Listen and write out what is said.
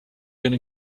gonna